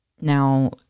Now